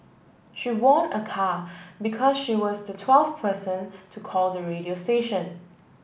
she won a car because she was the twelfth person to call the radio station